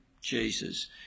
Jesus